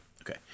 Okay